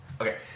Okay